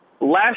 Last